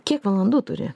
kiek valandų turi